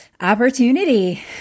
opportunity